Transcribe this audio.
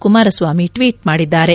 Kumaraswamy tweet ಮಾಡಿದ್ದಾರೆ